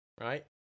right